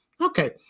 Okay